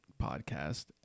podcast